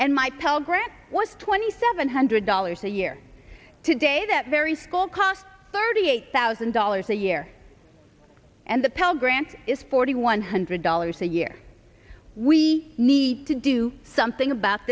grant was twenty seven hundred dollars a year today that very school cost thirty eight thousand dollars a year and the pell grant is forty one hundred dollars a year we need to do something about